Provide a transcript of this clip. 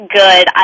good